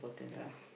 ya